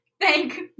Thank